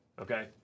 okay